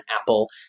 Apple